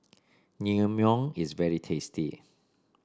naengmyeon is very tasty